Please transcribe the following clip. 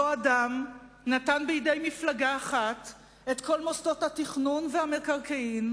אותו אדם נתן בידי מפלגה אחת את כל מוסדות התכנון והמקרקעין,